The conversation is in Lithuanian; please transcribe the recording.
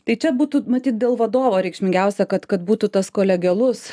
tai čia būtų matyt dėl vadovo reikšmingiausia kad kad būtų tas kolegialus